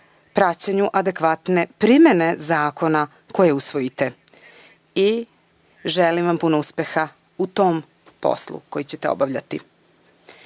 praćenju adekvatne primene zakona koje usvojite. Želim vam puno uspeha u tom poslu koji ćete obavljati. Kada